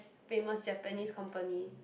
famous Japanese company